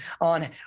on